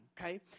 okay